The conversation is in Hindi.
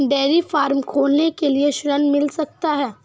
डेयरी फार्म खोलने के लिए ऋण मिल सकता है?